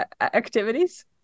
activities